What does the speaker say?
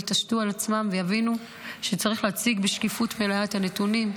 יתעשתו על עצמם ויבינו שצריך להציג בשקיפות מלאה את הנתונים,